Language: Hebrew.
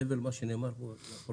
מעבר למה שנאמר פה לפרוטוקול,